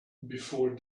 before